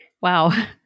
Wow